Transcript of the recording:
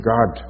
God